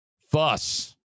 fuss